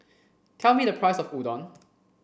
tell me the price of Udon